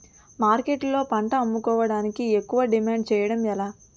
మార్కెట్లో పంట అమ్ముకోడానికి ఎక్కువ డిమాండ్ చేయడం ఎలా?